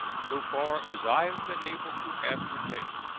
so far as i have been able to ascertain,